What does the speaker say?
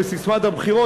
בססמת הבחירות,